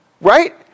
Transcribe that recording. right